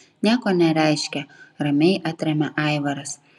nieko nereiškia ramiai atremia aivaras